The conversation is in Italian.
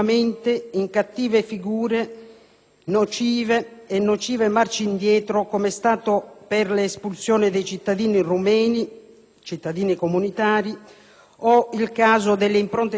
figure e nocive marce indietro, come è stato fatto per l'espulsione dei cittadini rumeni, che sono comunitari, o nel caso delle impronte digitali dei minori rom,